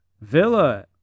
Villa